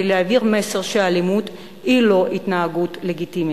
להעביר מסר שאלימות היא לא התנהגות לגיטימית.